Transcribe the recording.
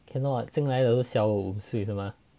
cannot 进来都小我五岁是吗